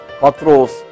patros